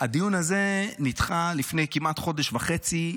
הדיון הזה נדחה לפני כמעט חודש וחצי.